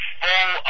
full